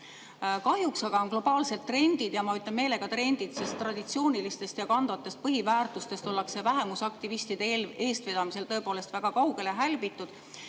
Kahjuks aga on globaalsed trendid – ma ütlen meelega trendid, sest traditsioonilistest ja kandvatest põhiväärtustest ollakse vähemusaktivistide eestvedamisel tõepoolest väga kaugele hälbitud